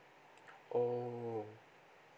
oh